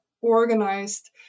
organized